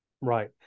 Right